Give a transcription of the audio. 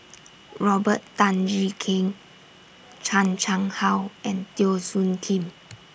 Robert Tan Jee Keng Chan Chang How and Teo Soon Kim